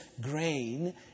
grain